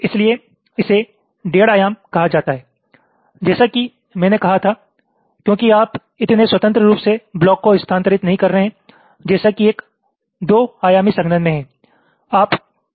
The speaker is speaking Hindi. इसलिए इसे डेढ़ आयाम कहा जाता है जैसा कि मैंने कहा था क्योंकि आप इतने स्वतंत्र रूप से ब्लॉक को स्थानांतरित नहीं कर रहे हैं जैसा कि एक 2 आयामी संघनन में है